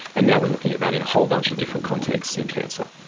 and now we are looking at that in a whole bunch of different contexts in cancer.